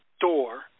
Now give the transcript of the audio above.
door